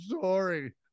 sorry